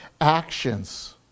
actions